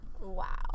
Wow